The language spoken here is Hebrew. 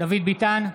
דוד ביטן,